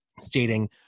stating